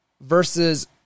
versus